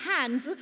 hands